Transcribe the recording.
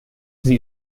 sie